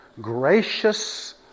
gracious